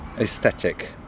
aesthetic